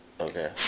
Okay